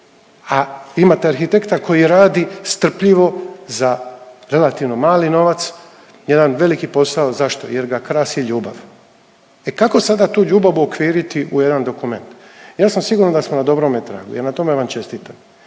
a imate arhitekta koji radi strpljivo za relativno mali novac jedan veliki posao. Zašto? Jer ga krasi ljubav. E kako sada tu ljubav uokviriti u jedan dokument. Ja sam siguran da smo na dobrome tragu i na tome vam čestitam.